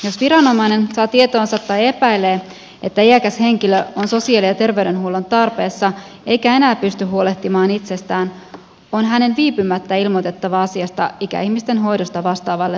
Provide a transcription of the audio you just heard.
jos viranomainen saa tietoonsa tai epäilee että iäkäs henkilö on sosiaali ja terveydenhuollon tarpeessa eikä enää pysty huolehtimaan itsestään on hänen viipymättä ilmoitettava asiasta ikäihmisten hoidosta vastaavalle viranomaiselle